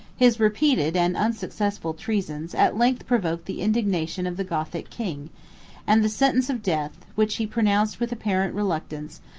his repeated and unsuccessful treasons at length provoked the indignation of the gothic king and the sentence of death, which he pronounced with apparent reluctance,